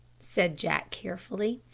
said jack carefully.